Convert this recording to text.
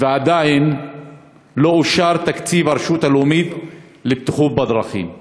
ועדיין לא אושר תקציב הרשות הלאומית לבטיחות בדרכים.